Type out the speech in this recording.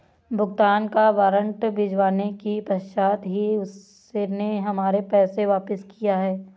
भुगतान का वारंट भिजवाने के पश्चात ही उसने हमारे पैसे वापिस किया हैं